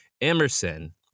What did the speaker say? Emerson